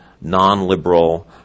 non-liberal